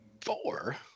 Four